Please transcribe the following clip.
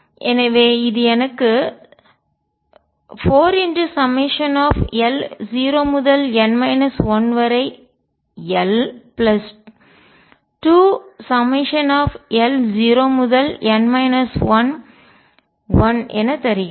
எனவே இது எனக்கு 4l0n 1l2l0n 11 என தருகிறது